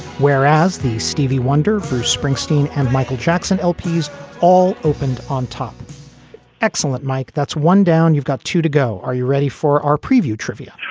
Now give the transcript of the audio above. whereas the stevie wonder, bruce springsteen and michael jackson lp is all opened on top excellent, mike. that's one down. you've got to to go. are you ready for our preview trivia?